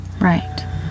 Right